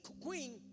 queen